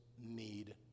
need